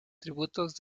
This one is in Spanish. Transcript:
tributos